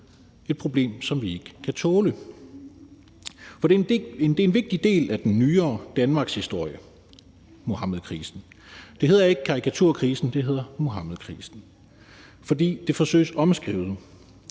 et problem, som vi ikke kan tåle, for Muhammedkrisen er en vigtig del af den nyere danmarkshistorie. Det hedder ikke karikaturkrisen, det hedder Muhammedkrisen, fordi det forsøges omskrevet